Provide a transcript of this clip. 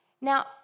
now